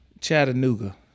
Chattanooga